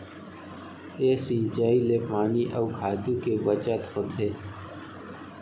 ए सिंचई ले पानी अउ खातू के बचत होथे